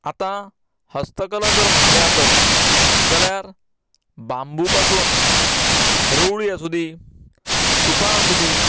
आतां हस्तकला जर म्हटलें आसत जाल्यार बांबू पासून रवळी आसूंदी सुपां आसूंदी